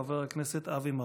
חבר הכנסת אבי מעוז.